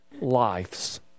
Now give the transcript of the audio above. lives